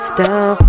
down